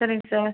சரிங்க சார்